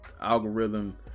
algorithm